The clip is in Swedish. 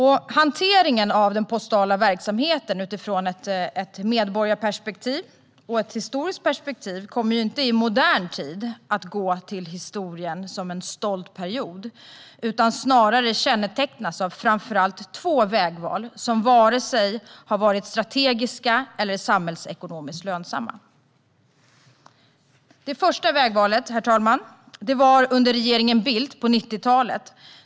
Hanteringen av den postala verksamheten utifrån ett medborgarperspektiv och ett historiskt perspektiv kommer inte i modern tid att gå till historien som en stolt period utan snarare kännetecknas av framför allt två vägval som varken har varit strategiska eller samhällsekonomiskt lönsamma. Det första vägvalet, herr talman, var under regeringen Bildt på 90-talet.